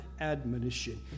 admonition